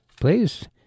please